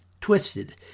Twisted